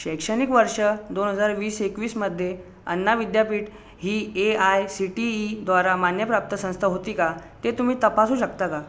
शैक्षणिक वर्ष दोन हजार वीस एकवीसमध्ये अण्णा विद्यापीठ ही ए आय सी टी ईद्वारा मान्यप्राप्त संस्था होती का ते तुम्ही तपासू शकता का